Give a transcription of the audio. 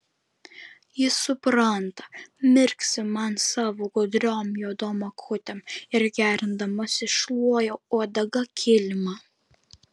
jis supranta mirksi man savo gudriom juodom akutėm ir gerindamasis šluoja uodega kilimą